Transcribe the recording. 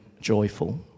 joyful